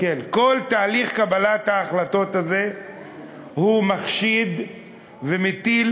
כל תהליך קבלת ההחלטות הזה הוא מחשיד ומטיל